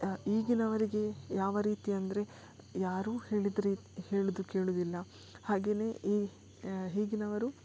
ಈಗಿನವರಿಗೆ ಯಾವ ರೀತಿ ಅಂದರೆ ಯಾರೂ ಹೇಳಿದ್ರು ಹೇಳೊದು ಕೇಳೋದಿಲ್ಲ ಹಾಗೇ ಈ ಈಗಿನವರು